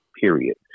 period